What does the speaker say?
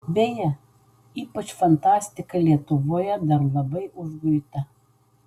beje ypač fantastika lietuvoje dar labai užguita